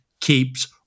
keeps